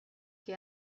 que